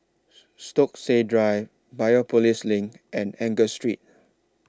Stokesay Drive Biopolis LINK and Angus Street